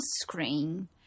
screen